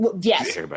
Yes